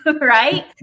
right